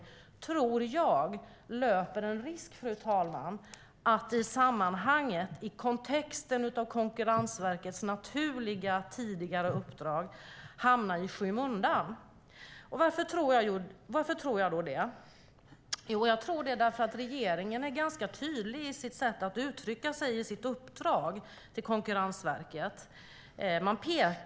Jag tror, fru talman, att detta uppdrag löper risk att hamna i skymundan i sammanhanget, det vill säga Konkurrensverkets naturliga tidigare uppdrag. Varför tror jag det? Jo, därför att regeringen uttrycker sig tydligt i sitt uppdrag till Konkurrensverket.